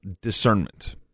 discernment